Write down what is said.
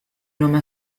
nome